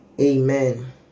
Amen